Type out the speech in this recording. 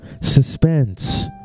Suspense